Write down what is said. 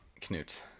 Knut